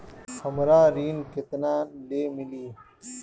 हमरा ऋण केतना ले मिली?